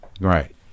right